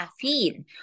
caffeine